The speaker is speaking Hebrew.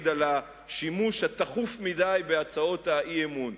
על השימוש התכוף מדי בהצעות אי-אמון.